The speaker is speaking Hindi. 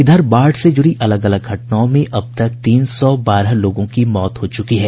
इधर बाढ़ से जुड़ी अलग अलग घटनाओं में अब तक तीन सौ बारह लोगों की मौत हो च्रकी है